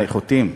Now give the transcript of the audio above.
האיכותיים נשארו.